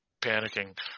panicking